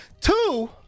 Two